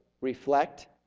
reflect